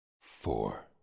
Four